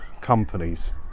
companies